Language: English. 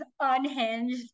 unhinged